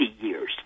years